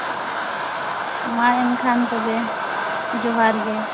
ᱢᱟ ᱮᱱᱠᱷᱟᱱ ᱛᱚᱵᱮ ᱡᱚᱦᱟᱨᱜᱮ